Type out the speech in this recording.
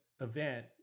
event